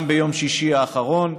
גם ביום שישי האחרון,